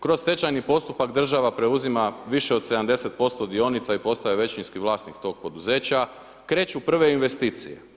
Kroz stečajni postupak država preuzima više od 70% dionica i postaje većinski vlasnik tog poduzeća, kreću prve investicije.